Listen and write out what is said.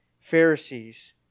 Pharisees